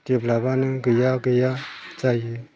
डेभ्लपआनो गैया गैया जायो